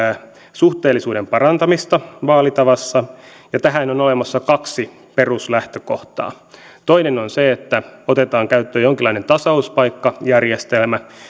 suhteellisuuden parantamista vaalitavassa ja tähän on olemassa kaksi peruslähtökohtaa toinen on se että otetaan käyttöön jonkinlainen tasauspaikkajärjestelmä